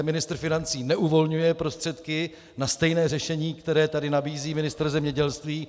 Ministr financí neuvolňuje prostředky na stejné řešení, které tady nabízí ministr zemědělství.